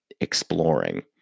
exploring